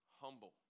humble